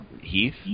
Heath